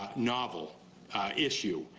novel issue.